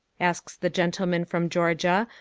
asks the gentleman from georgia,